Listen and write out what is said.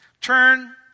Turn